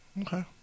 Okay